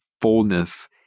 fullness